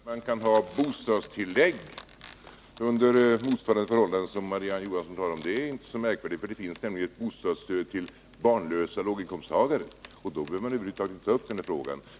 Herr talman! Att man kan få bostadstillägg under motsvarande förhållanden som dem Marie-Ann Johansson talade om är inte så märkligt. Det finns nämligen ett bostadsstöd till barnlösa låginkomsttagare, och då behöver man över huvud taget inte ta upp den här frågan.